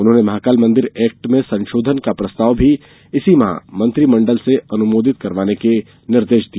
उन्होंने महाकाल मंदिर एक्ट में संशोधन का प्रस्ताव भी इसी माह मंत्रिमंडल से अनुमोदित करवाने के निर्देश दिए